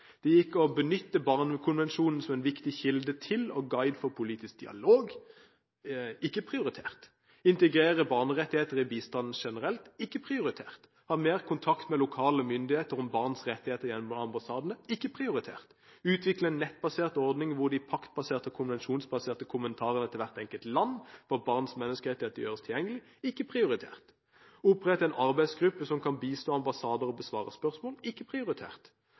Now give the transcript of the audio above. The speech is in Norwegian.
benytte Barnekonvensjonen som en viktig kilde til og guide for politisk dialog, ikke prioritert. integrere barnerettigheter i bistand generelt, ikke prioritert. ha mer kontakt med lokale myndigheter om barns rettigheter gjennom ambassadene, ikke prioritert. utvikle en nettbasert ordning hvor de paktbaserte og konvensjonsbaserte kommentarene til hvert enkelt land for barns menneskerettigheter gjøres tilgjengelig, ikke prioritert. opprette en arbeidsgruppe som kan bistå ambassader og besvare spørsmål, ikke prioritert.